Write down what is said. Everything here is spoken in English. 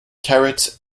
carrot